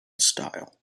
style